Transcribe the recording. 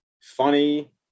Funny